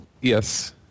Yes